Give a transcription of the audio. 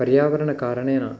पर्यावरणकारणेन